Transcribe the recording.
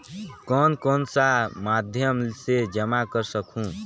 कौन कौन सा माध्यम से जमा कर सखहू?